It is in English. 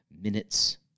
minutes